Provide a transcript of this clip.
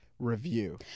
review